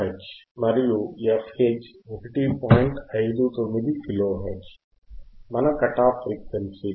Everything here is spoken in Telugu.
59 కిలో హెర్ట్జ్ మన కట్ ఆఫ్ ఫ్రీక్వెన్సీలు